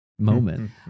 moment